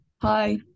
Hi